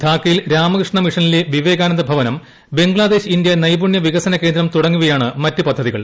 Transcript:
ധാക്കയിൽ രാമകൃഷ്ണ മിഷനിലെ വിവേകാനന്ദ ഭവനം ബംഗ്ലാദേശ് ഇന്ത്യ നൈപുണ്യ വികസന കേന്ദ്രം തുടങ്ങിയവയാണ് മറ്റ് പദ്ധതികൾ